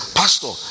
pastor